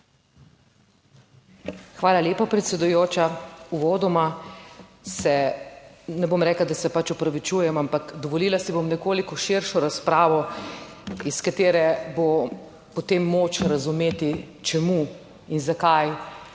Hvala lepa, predsedujoča. Uvodoma se, ne bom rekla, da se pač opravičujem, ampak dovolila si bom nekoliko širšo razpravo, iz katere bo potem moč razumeti, čemu in zakaj